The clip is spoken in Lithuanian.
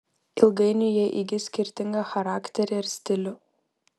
ilgainiui jie įgis skirtingą charakterį ar stilių